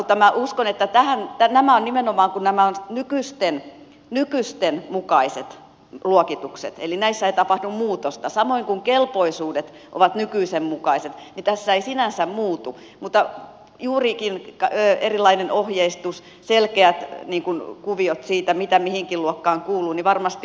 minä uskon että nimenomaan kun nämä ovat nykyisten mukaiset luokitukset eli näissä ei tapahdu muutosta samoin kuin kelpoisuudet ovat nykyisen mukaiset niin tässä ei sinänsä muutu mutta juurikin erilainen ohjeistus selkeät kuviot siitä mitä mihinkin luokkaan kuuluu varmasti on paikallaan